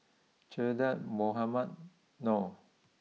Che Dah Mohamed Noor